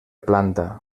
planta